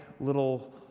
little